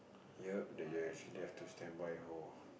ya that you actually have to stand by more